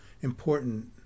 important